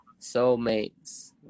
soulmates